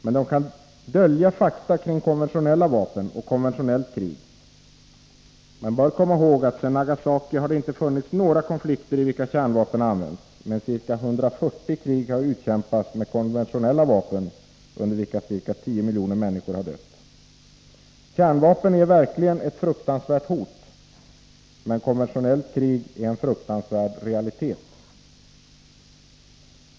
Men de kan dölja fakta kring konventionella vapen och konventionellt krig. Man bör komma ihåg att det sedan Nagasaki inte har funnits några konflikter i vilka kärnvapen har använts, men att ca 140 krig har utkämpats med konventionella vapen, under vilka ca 10 miljoner människor har dött. Kärnvapen är verkligen ett fruktansvärt hot, men konventionellt krig är en fruktansvärd realitet.